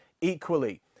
equally